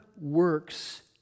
works